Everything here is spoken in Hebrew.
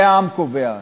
זה העם קובע.